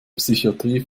psychatrie